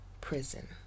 prison